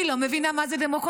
והיא לא מבינה מה זה דמוקרטיה.